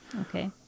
Okay